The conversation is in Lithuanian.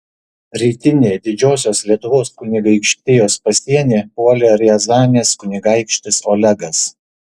rytinį didžiosios lietuvos kunigaikštijos pasienį puolė riazanės kunigaikštis olegas